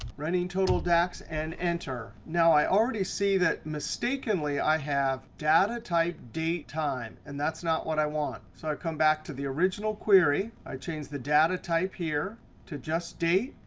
running total dax and enter. now, i already see that mistakenly i have data type date time, and that's not what i want. so i come back to the original query, i change the data type here to just date.